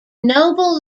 noble